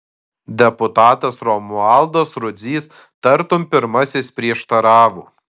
deputatas romualdas rudzys tartum pirmasis prieštaravo